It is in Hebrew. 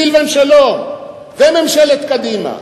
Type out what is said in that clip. סילבן שלום וממשלת קדימה.